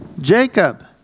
Jacob